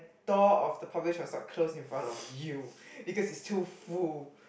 door of the public transport close in front of you because it's too full